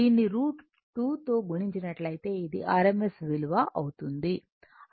దీనిని √ 2 తో గుణించినట్లయితే ఇది rms విలువ అవుతుంది